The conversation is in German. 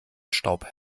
staub